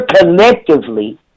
collectively